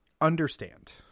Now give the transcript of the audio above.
understand